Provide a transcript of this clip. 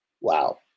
Wow